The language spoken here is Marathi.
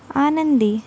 आनंदी